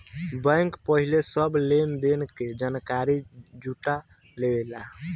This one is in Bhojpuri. बैंक पहिले सब लेन देन के जानकारी जुटा लेवेला